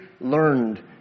learned